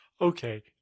Okay